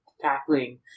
tackling